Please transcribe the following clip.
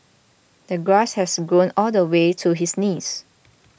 the grass has grown all the way to his knees